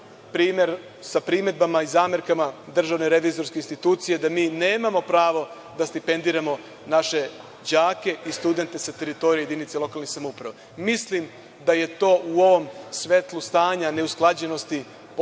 sa primedbama i zamerkama DRI, da mi nemamo pravo da stipendiramo naše đake i studente sa teritorije jedinica lokalnih samouprava. Mislim da je to u ovom svetlu stanja neusklađenosti